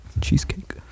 Cheesecake